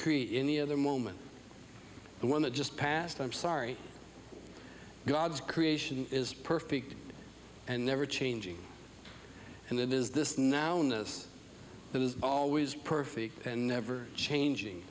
create any other moment the one that just passed i'm sorry god's creation is perfect and never changing and it is this now and this that is always perfect and never changing